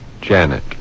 Janet